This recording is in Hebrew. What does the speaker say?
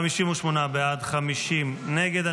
58 בעד, 50 נגד.